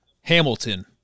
Hamilton –